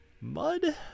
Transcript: mud